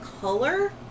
color